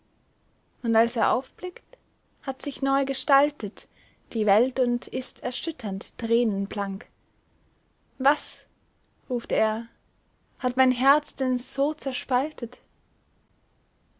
und als er aufblickt hat sich neu gestaltet die welt und ist erschütternd tränenblank was ruft er hat mein herz denn so zerspaltet